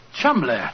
Chumley